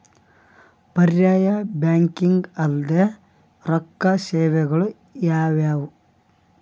ಪರ್ಯಾಯ ಬ್ಯಾಂಕಿಂಗ್ ಅಲ್ದೇ ರೊಕ್ಕ ಸೇವೆಗಳು ಯಾವ್ಯಾವು?